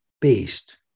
based